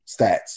stats